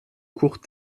courts